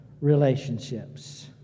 relationships